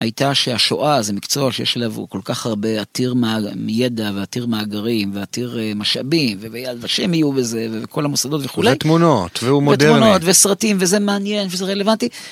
הייתה שהשואה זה מקצוע שיש עליו, הוא כל כך הרבה עתיר ידע, ועתיר מאגרים, ועתיר משאבים, ו"יד ושם" יהיו בזה, וכל המוסדות וכולי. ותמונות, והוא מודרני. ותמונות, וסרטים, וזה מעניין, וזה רלוונטי.